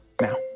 now